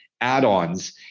add-ons